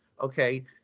okay